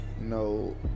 No